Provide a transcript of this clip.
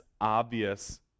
obvious